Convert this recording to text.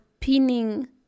pinning